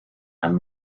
and